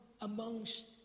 amongst